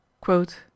Quote